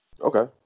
Okay